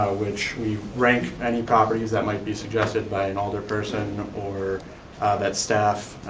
which we rank any properties that might be suggested by an alder person or that staff,